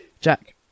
Jack